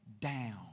down